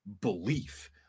belief